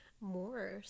more